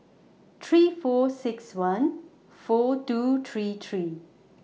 three four six one four two three three